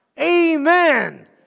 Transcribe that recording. Amen